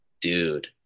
Dude